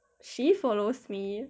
she follows me